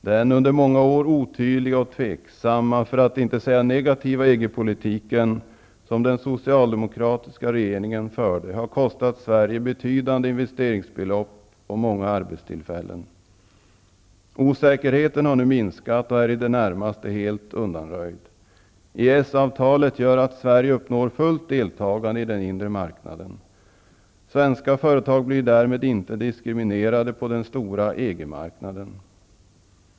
Den under många år otydliga och tveksamma, för att inte säga negativa, EG-politik som den socialdemokratiska regeringen förde har kostat Sverige betydande investeringsbelopp och många arbetstillfällen. Osäkerheten har nu minskat och är i det närmaste helt undanröjd. EES-avtalet gör att Sverige uppnår fullt deltagande i den inre marknaden. Svenska företag blir därmed inte diskriminerade på den stora EG-marknaden.